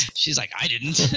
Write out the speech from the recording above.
she's like, i didn't.